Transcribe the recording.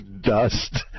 dust